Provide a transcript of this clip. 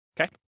okay